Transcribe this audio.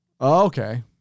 Okay